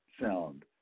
sound